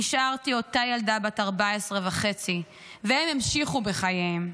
נשארתי אותה ילדה בת 14 וחצי, והם המשיכו בחייהם.